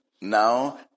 now